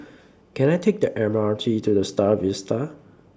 Can I Take The M R T to The STAR Vista